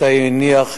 מתי הניח,